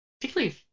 particularly